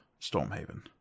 Stormhaven